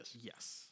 Yes